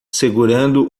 segurando